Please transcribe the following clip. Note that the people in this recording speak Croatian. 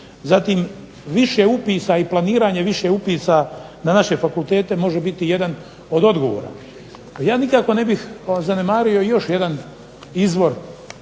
zatim više upisa i planiranje više upisa na naše fakultete može biti jedan od odgovora. Ja nikako ne bih zanemario još jedan izvor